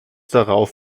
darauf